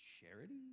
charity